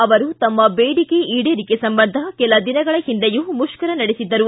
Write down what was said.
ಅವರು ತಮ್ಮ ಬೇಡಿಕೆ ಈಡೇರಿಕೆ ಸಂಬಂಧ ಕೆಲ ದಿನಗಳ ಹಿಂದೆಯೂ ಮುಷ್ಕರ ನಡೆಸಿದ್ದರು